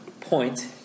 point